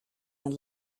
and